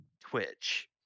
Twitch